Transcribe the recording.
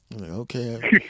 Okay